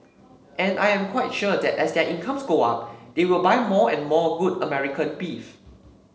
and I am quite sure that as their incomes go up they will buy more and more good American beef